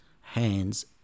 hands